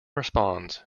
responds